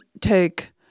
take